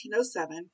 1907